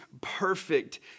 perfect